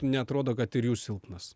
neatrodo kad ir jūs silpnas